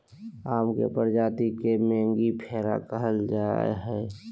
आम के प्रजाति के मेंगीफेरा कहल जाय हइ